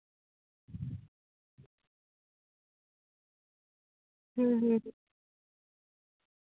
ᱦᱩᱸ ᱦᱩᱸ ᱦᱩᱸ